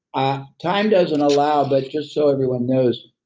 ah time doesn't allow, but just so everyone knows,